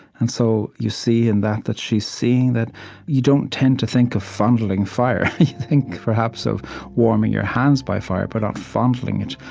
and so you see, in that, that she's seeing you don't tend to think of fondling fire. you think, perhaps, of warming your hands by fire, but not fondling it.